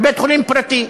בבית-חולים פרטי.